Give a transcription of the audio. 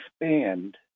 expand